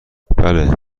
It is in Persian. بله